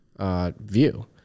view